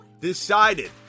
decided